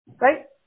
Right